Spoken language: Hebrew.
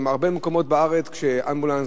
בהרבה מקומות בארץ, כשאמבולנס